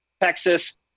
Texas